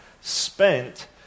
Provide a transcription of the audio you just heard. spent